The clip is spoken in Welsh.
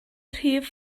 rhif